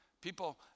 People